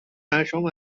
پشمام